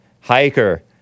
Hiker